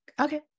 okay